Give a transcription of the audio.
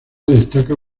destaca